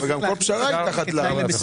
אבל גם כל פשרה היא תחת לחץ.